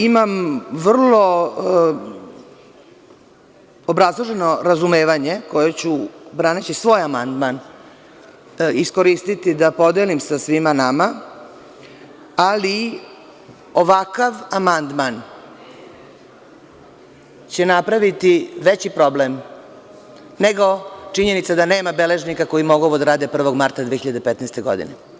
Imam vrlo obrazloženo razumevanje koje ću, braneći svoj amandman, iskoristiti da podelim sa svima nama, ali ovakav amandman će napraviti veći problem, nego činjenica da nema beležnika koji mogu ovo da rade 1. marta 2015. godine.